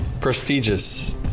Prestigious